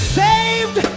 saved